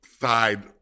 side